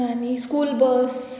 आनी स्कूल बस